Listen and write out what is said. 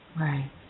Right